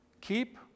keep